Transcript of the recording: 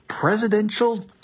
presidential